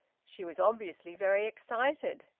she was obviously very excited.